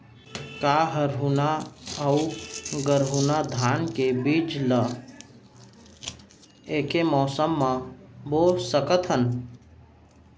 का हरहुना अऊ गरहुना धान के बीज ला ऐके मौसम मा बोए सकथन?